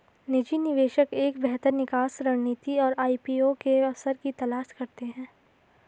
निजी निवेशक एक बेहतर निकास रणनीति और आई.पी.ओ के अवसर की तलाश करते हैं